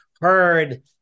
heard